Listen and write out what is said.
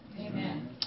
Amen